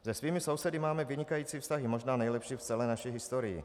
Se svými sousedy máme vynikající vztahy, možná nejlepší v celé naší historii.